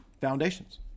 foundations